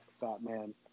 Batman